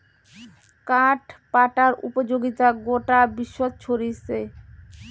কাঠ পাটার উপযোগিতা গোটা বিশ্বত ছরিচে